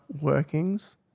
workings